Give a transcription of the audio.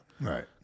Right